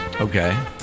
Okay